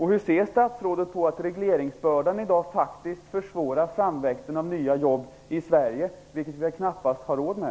Hur ser statsrådet på att regleringsbördan i dag försvårar framväxten av nya jobb i Sverige? Det har vi väl knappast råd med?